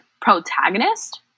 protagonist